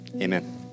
Amen